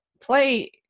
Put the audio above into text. play